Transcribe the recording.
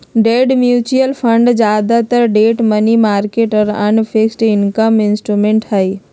debt mutual fund ज्यादातर debt, money market और अन्य फिक्स्ड इनकम इंस्ट्रूमेंट्स हई